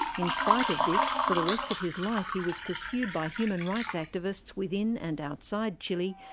in spite of this, for the rest of his life he was pursued by human rights activists within and outside chile,